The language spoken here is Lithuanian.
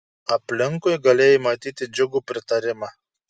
aplinkui galėjai matyt džiugų pritarimą